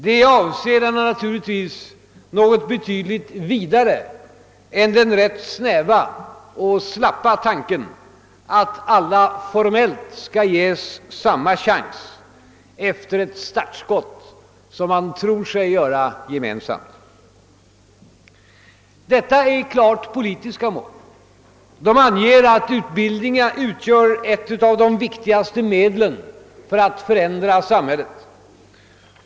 Därmed avses naturligtvis något betydligt vidare än den rätt snäva och slappa tanken att alla formellt skall ges samma chans efter ett startskott, som man tror sig göra gemensamt. Detta är klart politiska mål. De anger att utbildningen utgör ett av de viktigaste medlen för att förändra samhället.